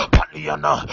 Paliana